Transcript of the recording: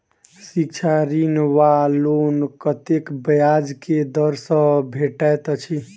शिक्षा ऋण वा लोन कतेक ब्याज केँ दर सँ भेटैत अछि?